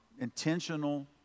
intentional